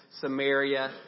Samaria